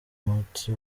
umuti